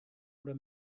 oder